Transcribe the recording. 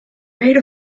made